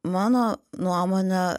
mano nuomone